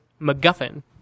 MacGuffin